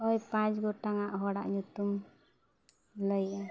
ᱦᱳᱭ ᱯᱟᱸᱪ ᱜᱚᱴᱟᱝ ᱦᱚᱲᱟᱜ ᱧᱩᱛᱩᱢ ᱞᱟᱹᱭᱮᱫᱼᱟᱹᱧ